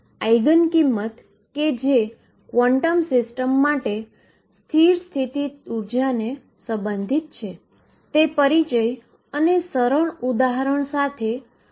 તેને લખવાની 2 જુદી જુદી રીતો છે તે હવે પછીના અઠવાડિયામાં વિસ્તૃત ચર્ચા કરીશુ